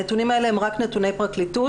הנתונים האלה הם רק נתוני פרקליטות.